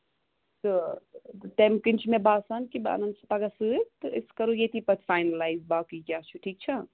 تہٕ تَمہِ کِنۍ چھِ مےٚ باسان کہِ بہٕ اَنَن سُہ پَگاہ سۭتۍ تہٕ أسۍ کرو ییٚتی پَتہٕ فاینَلایِز باقٕے کیٛاہ چھُ ٹھیٖک چھا